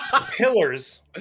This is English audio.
pillars